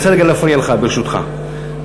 ברשותך,